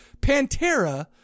Pantera